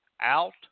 out